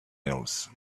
else